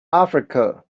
africa